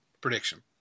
prediction